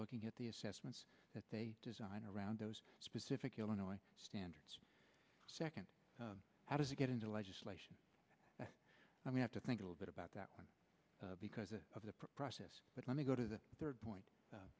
looking at the assessments that they design around those specific illinois standards second how does it get into legislation that i may have to think a little bit about that because of the process but let me go to the third point